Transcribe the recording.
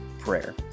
Prayer